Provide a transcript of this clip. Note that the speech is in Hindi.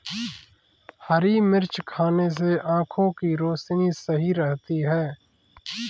हरी मिर्च खाने से आँखों की रोशनी सही रहती है